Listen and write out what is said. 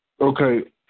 Okay